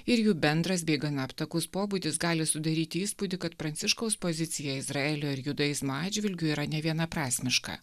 ir jų bendras bei gana aptakus pobūdis gali sudaryti įspūdį kad pranciškaus pozicija izraelio ir judaizmo atžvilgiu yra nevienaprasmiška